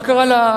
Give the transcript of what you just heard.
מה קרה?